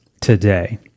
today